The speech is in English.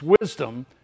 wisdom